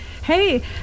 Hey